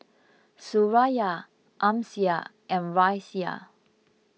Suraya Amsyar and Raisya